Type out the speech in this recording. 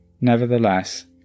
Nevertheless